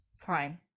Fine